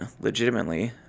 legitimately